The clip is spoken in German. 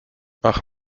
ach